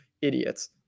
idiots